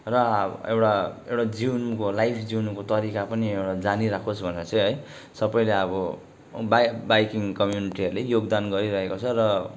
र अब एउटा एउटा जिउनुको लाइफ जिउनुको तरिका पनि एउटा जानिराखोस् भनेर चाहिँ है सबैले अब बाइ बाइकिङ कम्युनिटीहरूले योगदान गरिरहेको छ र